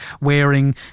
wearing